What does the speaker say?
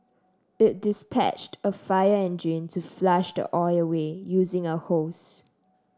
it dispatched a fire engine to flush the oil away using a hose